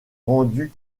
rendues